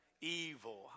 evil